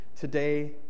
Today